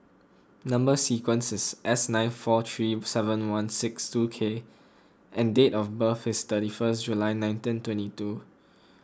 Number Sequence is S nine four three seven one six two K and date of birth is thirty first July nineteen twenty two